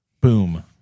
Boom